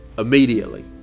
immediately